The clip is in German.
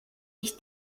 ich